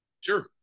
Sure